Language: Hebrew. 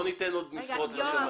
לא ניתן עוד משרות לשמאי